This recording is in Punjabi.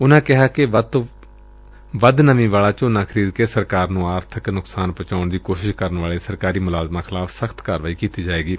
ਉਨਾਂ ਕਿਹਾ ਕਿ ਵੱਧ ਨਮੀ ਵਾਲਾ ਝੋਨਾ ਖਰੀਦ ਕੇ ਸਰਕਾਰ ਨੂੰ ਆਰਥਿਕ ਨੁਕਸਾਨ ਪਹੁੰਚਾਉਣ ਦੀ ਕੋਸ਼ਿਸ਼ ਕਰਨ ਵਾਲੇ ਸਰਕਾਰੀ ਮੁਲਾਜ਼ਮਾਂ ਖਿਲਾਫ਼ ਸਖ਼ਤ ਕਾਰਵਾਈ ਕੀਤੀ ਜਾਵੇਗੀ